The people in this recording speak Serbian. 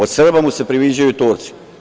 Od Srba mu se priviđaju Turci.